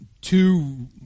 two